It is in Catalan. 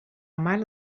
mare